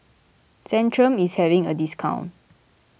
Centrum is having a discount